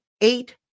eight